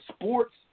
sports